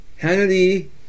Hannity